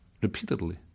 repeatedly